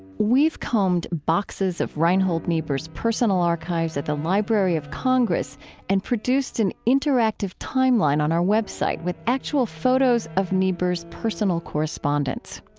we've combed boxes of reinhold niebuhr's personal archives at the library of congress and produced an interactive timeline on our web site with actual photos of niebuhr's personal correspondents.